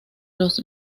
los